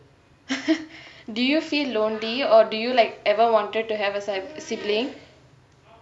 do you feel lonely or do you like ever wanted to have a sa~ sibling